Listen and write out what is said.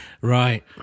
Right